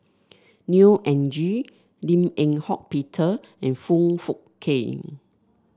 Neo Anngee Lim Eng Hock Peter and Foong Fook Kay